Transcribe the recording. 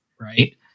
right